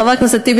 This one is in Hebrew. חבר הכנסת טיבי,